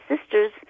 sister's